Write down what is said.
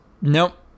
Nope